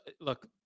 look